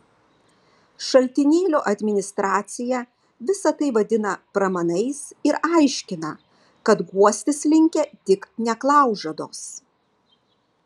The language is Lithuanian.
šaltinėlio administracija visa tai vadina pramanais ir aiškina kad guostis linkę tik neklaužados